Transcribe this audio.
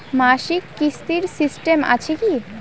মাসিক কিস্তির সিস্টেম আছে কি?